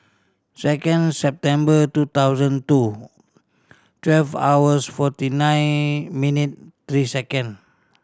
second September two thousand two twelve hours forty nine minute three second